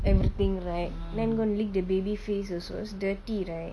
everything right then go and lick the baby's face also it's dirty right